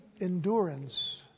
endurance